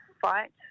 fight